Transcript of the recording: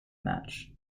match